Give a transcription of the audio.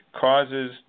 causes